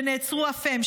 שנעצרו אף הם,